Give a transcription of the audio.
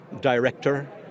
director